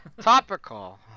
Topical